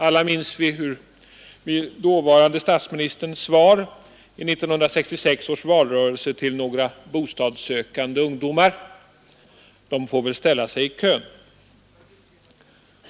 Alla minns vi dåvarande statsministerns svar i 1966 års valrörelse till några bostadssökande ungdomar: De får väl ställa sig i kön.